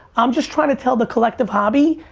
i'm just trying to tell the collective hobby,